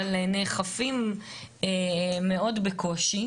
אבל נאכפים מאוד בקושי.